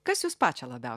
kas jus pačią labiau